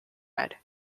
red